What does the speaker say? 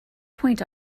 point